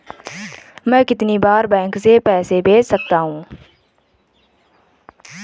मैं कितनी बार बैंक से पैसे भेज सकता हूँ?